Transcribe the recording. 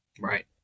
Right